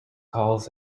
calls